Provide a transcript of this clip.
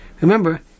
remember